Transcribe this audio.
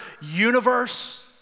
universe